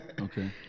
Okay